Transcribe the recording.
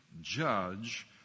judge